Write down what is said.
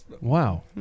wow